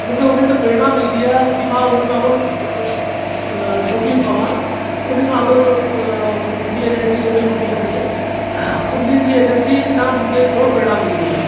मूंखे उन्हनि सां प्रेरणा मिलंदी आहे कि मां उन्हनि वांगुरु ॾुकी पवां उन्हनि वांगुरु मुंहिंजी एनर्जी लेवल वधी वञे उन्हनि जी एनर्जी सां मूंखे खोड़ प्रेरणा मिलंदी आहे